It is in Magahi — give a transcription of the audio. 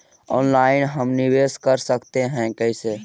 ऑनलाइन हम निवेश कर सकते है, कैसे?